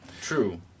True